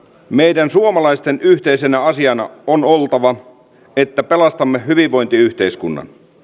meidän suomalaisten yhteisenä asiana on oltava että pelastamme hyvinvointiyhteiskunnan